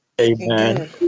Amen